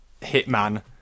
hitman